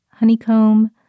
honeycomb